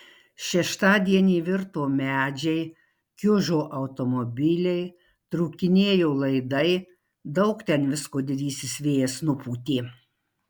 šeštadienį virto medžiai kiužo automobiliai trūkinėjo laidai daug ten visko didysis vėjas nupūtė